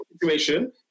situation